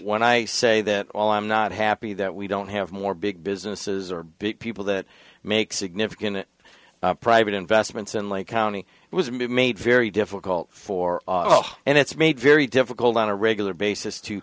when i say that all i'm not happy that we don't have more big businesses or big people that make significant private investments and like county was made made very difficult for and it's made very difficult on a regular basis to